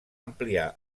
ampliar